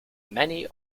many